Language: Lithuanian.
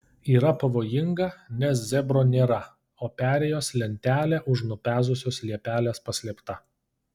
yra pavojinga nes zebro nėra o perėjos lentelė už nupezusios liepelės paslėpta